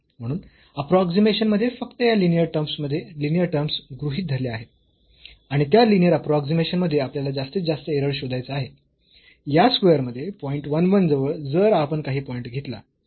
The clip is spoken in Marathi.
म्हणून अप्रोक्सीमेशन मध्ये फक्त या लिनीअर टर्म्स गृहीत धरल्या आहेत आणि त्या लिनीअर अप्रोक्सीमेशन मध्ये आपल्याला जास्तीत जास्त एरर शोधायचा आहे या स्क्वेअर मध्ये पॉईंट 1 1 जवळ जर आपण काही पॉईंट घेतला